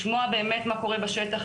לשמוע באמת מה קורה בשטח.